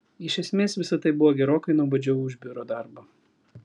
iš esmės visa tai buvo gerokai nuobodžiau už biuro darbą